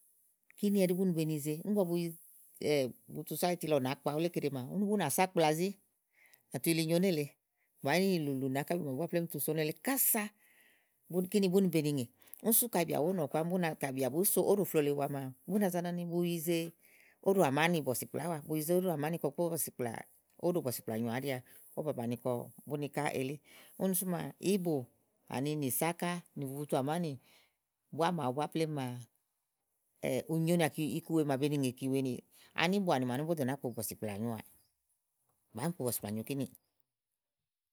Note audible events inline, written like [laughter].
kini ɛɖì búni beni yize ígbɔ búni yiz [hesitation] bu tu so áyiti nì akpalɔ búá keɖe maa úni búnà sé akplazi à tu li nyo nélèe úni bàá yi lùlù nì akábi búa plém tu so nélèe kása. Búkinibún búá nélè, ú sú kàyi bìà ówó màa pam bú ŋè kàyi bìà bùú sú óɖò flòo lèe wa màa; bú na za nɔnibu yize óɖò àmáni kɔ bu kpo óɖò bɔsìkplà áwa. Ówo bàni kɔ búká elí ̇úni sú maa íbò àni ni sáká nì bubutu àmánì búá màawu búa plém maa, [hesitation] ù nyo ni à uku màa be ni uku ŋèà, ani búá màawu báa mì kpo bɔ̀sìkplà nyo báa, mì kpo bɔ̀sìkplà nyo kiniì.